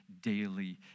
daily